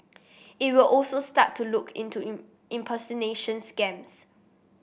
it will also start to look into impersonation scams